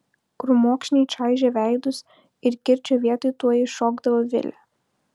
krūmokšniai čaižė veidus ir kirčio vietoj tuoj iššokdavo vilė